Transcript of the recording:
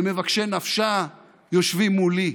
ומבקשי נפשה יושבים מולי,